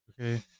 Okay